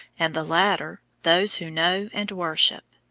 and the latter, those who know and worship.